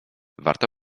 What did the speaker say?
warto